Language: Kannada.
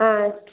ಹಾಂ